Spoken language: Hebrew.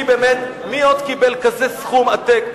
מי עוד קיבל כזה סכום עתק?